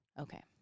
Okay